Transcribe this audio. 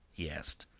he asked.